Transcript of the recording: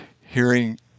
hearing